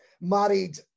married